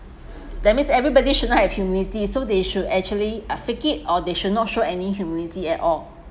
that means everybody should not have humility so they should actually uh fake it or they should not show any humility at all